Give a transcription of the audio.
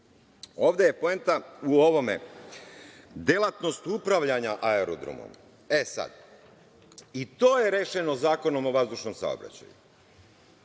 ovde je poenta u ovome – delatnost upravljanja aerodromom. E, sad, i to je rešeno Zakonom o vazdušnom saobraćaju.